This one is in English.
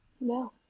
No